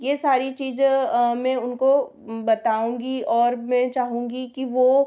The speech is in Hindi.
यह सारी चीज़ें मैं उनको बताऊँगी और मैं चाहूँगी कि वह